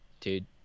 Dude